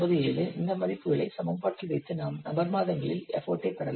0997 இந்த மதிப்புகளை சமன்பாட்டில் வைத்து நாம் நபர் மாதங்களில் எஃபர்ட் ஐ பெறலாம்